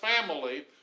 family